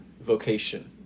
vocation